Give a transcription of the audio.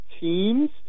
teams